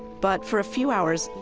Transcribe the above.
but for a few hours,